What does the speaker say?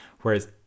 Whereas